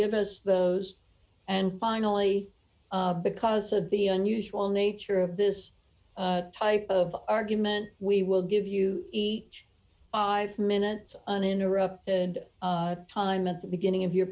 give us those and finally because of the unusual nature of this type of argument we will give you the minutes uninterrupted time at the beginning of your